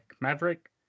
Maverick